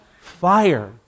fire